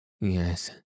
Yes